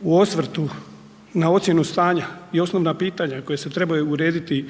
U osvrtu na ocjenu stanja i osnovna pitanja koja se trebaju urediti